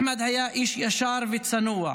אחמד היה איש ישר וצנוע,